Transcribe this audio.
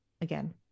again